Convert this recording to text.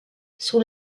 sous